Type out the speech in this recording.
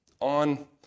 on